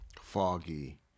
foggy